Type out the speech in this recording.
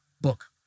book